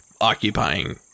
occupying